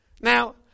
Now